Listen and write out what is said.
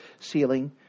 ceiling